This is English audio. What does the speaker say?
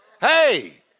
Hey